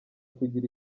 kugira